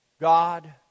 God